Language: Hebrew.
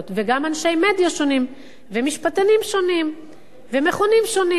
וגם אנשי מדיה שונים ומשפטנים שונים ומכונים שונים.